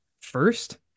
first